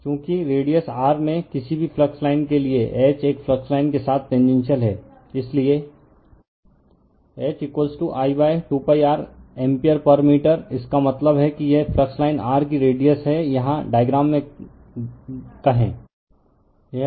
refer slide time 0451 चूंकि radius r में किसी भी फ्लक्स लाइन के लिए H एक फ्लक्स लाइन के साथ टेनजेनशिअल है इसलिए H I 2π r एम्पीयर पर मीटर इसका मतलब है कि यह फ्लक्स लाइन r की रेडिअस है यहाँ डायग्राम में कहें